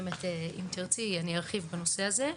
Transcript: אם תרצי אני ארחיב בנושא הזה,